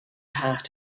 hat